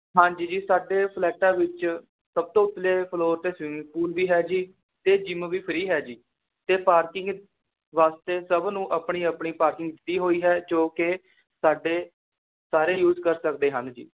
ਹਾਂਜੀ ਜੀ ਸਾਡੇ ਫਲੈਟਾਂ ਵਿੱਚ ਸਭ ਤੋਂ ਉੱਤਲੇ ਫਲੋਰ 'ਤੇ ਸਵੀਮਿੰਗ ਪੂਲ ਵੀ ਹੈ ਜੀ ਅਤੇ ਜਿੰਮ ਵੀ ਫ੍ਰੀ ਹੈ ਜੀ ਅਤੇ ਪਾਰਕਿੰਗ ਵਾਸਤੇ ਸਭ ਨੂੰ ਆਪਣੀ ਆਪਣੀ ਪਾਰਕਿੰਗ ਦਿੱਤੀ ਹੋਈ ਹੈ ਜੋ ਕਿ ਸਾਡੇ ਸਾਰੇ ਯੂਸ ਕਰ ਸਕਦੇ ਹਨ ਜੀ